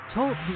Talk